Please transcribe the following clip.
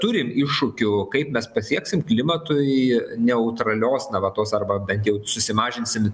turim iššūkių kaip mes pasieksim klimatui neutralios na va tos arba bent jau susimažinsim